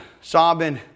sobbing